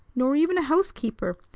nor even a housekeeper.